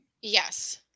Yes